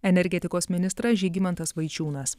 energetikos ministras žygimantas vaičiūnas